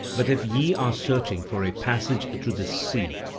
but if ye are searching for a passage through this sea,